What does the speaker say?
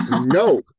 no